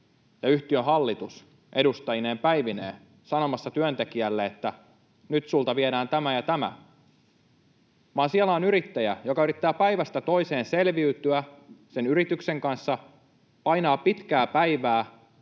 yhtiön hallitus edustajineen päivineen sanomassa työntekijälle, että nyt sinulta viedään tämä ja tämä, vaan siellä on yrittäjä, joka yrittää päivästä toiseen selviytyä sen yrityksen kanssa, painaa pitkää päivää,